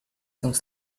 some